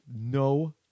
no